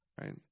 Right